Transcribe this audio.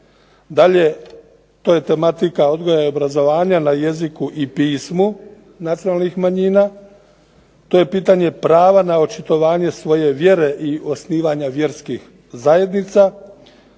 simbola, to je tematika odgoja na jeziku i pismu nacionalnih manjina, to je pitanje prava na očitovanje svoje vjere i osnivanje vjerskih zajednica,